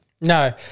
No